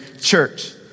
church